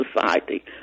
society